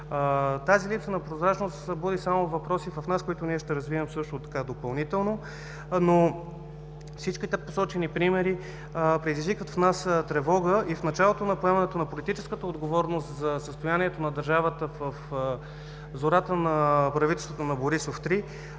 Тази липса на прозрачност буди само въпроси в нас, които ние ще развием допълнително. Всичките посочени примери предизвикват в нас тревога и в началото на поемането на политическата отговорност за състоянието на държавата в зората на правителството на Борисов 3